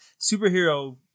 Superhero